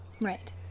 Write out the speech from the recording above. Right